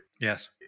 Yes